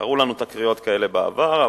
קרו לנו תקריות כאלה בעבר.